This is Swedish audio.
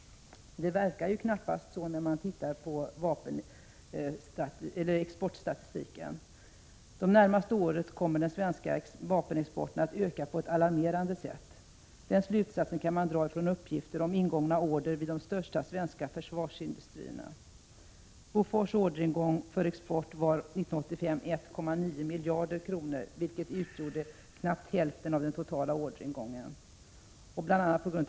Det verkar knappast så när man tittar på exportstatistiken. Det närmaste året kommer den svenska vapenexporten att öka på ett alarmerande sätt. Den slutsatsen kan man dra av uppgifter om ingångna order vid de största svenska försvarsindustrierna. Bofors orderingång för export var 1,9 miljarder kronor för år 1985, vilket utgjorde knappt hälften av den totala orderingången. Bl.